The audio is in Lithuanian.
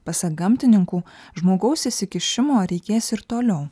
pasak gamtininkų žmogaus įsikišimo reikės ir toliau